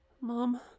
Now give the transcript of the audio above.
Mom